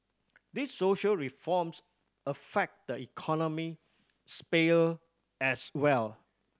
these social reforms affect the economic sphere as well